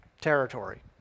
territory